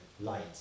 light